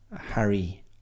Harry